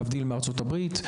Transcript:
וזה להבדיל מארצות הברית.